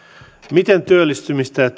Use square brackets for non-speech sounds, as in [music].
miten työllistymistä ja [unintelligible]